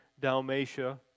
Dalmatia